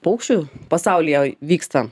paukščių pasaulyje vyksta